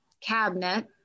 cabinet